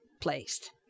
placed